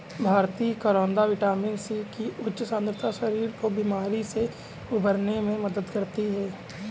भारतीय करौदा vitamin C की उच्च सांद्रता शरीर को बीमारी से उबरने में मदद करती है